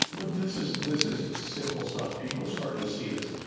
but this is this is simple stuff. people are starting to see this.